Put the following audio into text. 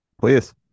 Please